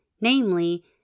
namely